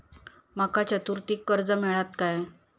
माका चतुर्थीक कर्ज मेळात काय?